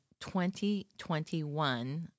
2021